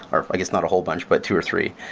or i guess not a whole bunch but two or three.